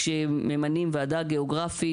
כשממנים ועדה גיאוגרפית,